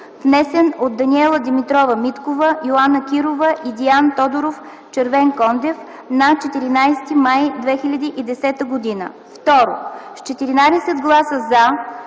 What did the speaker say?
внесен от Даниела Димитрова Миткова, Йоана Кирова и Диан Тодоров Червенкондев на 14 май 2010 г.